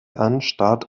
anstatt